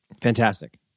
Fantastic